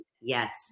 Yes